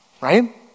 Right